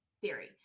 theory